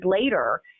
later